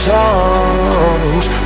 songs